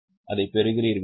அதைப் பெறுகிறீர்களா